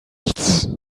nichts